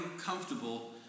comfortable